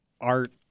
art